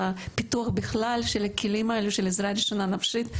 בפיתוח בכלל של הכלים האלה של עזרה ראשונה נפשית,